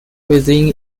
within